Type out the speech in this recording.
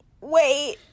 wait